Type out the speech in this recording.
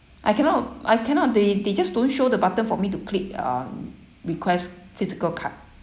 I cannot I cannot they they just don't show the button for me to click uh request physical card